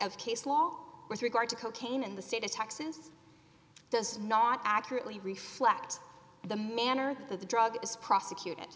of case law with regard to cocaine in the state of texas does not accurately reflect the manner that the drug is prosecuted